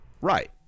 Right